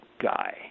guy